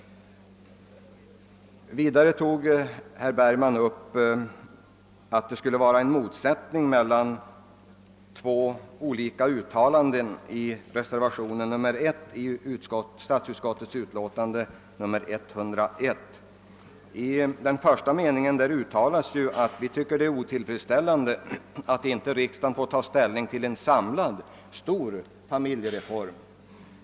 Vidare sade herr Bergman att det skulle vara en motsättning mellan två olika uttalanden i reservationen nr 1 i statsutskottets utlåtande nr 101. I den första meningen framhålls ju att vi finner det otillfredsställande, att riksdagen inte får ta ställning till en samlad, stor familjereform.